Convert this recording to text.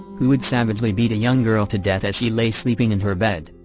who would savagely beat a young girl to death as she lay sleeping in her bed?